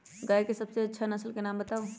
गाय के सबसे अच्छा नसल के नाम बताऊ?